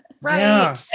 right